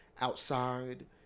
outside